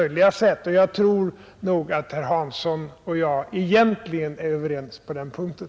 Jag tror nog också att herr Hansson och jag egentligen är överens på den punkten.